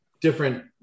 different